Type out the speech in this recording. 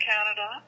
Canada